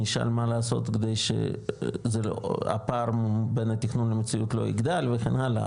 נשאל מה לעשות כדי שהפער בין התכנון למציאות לא יגדל וכן הלאה,